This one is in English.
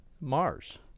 Mars